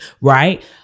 right